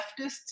leftists